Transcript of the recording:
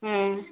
ம் ம்